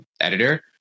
editor